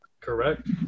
Correct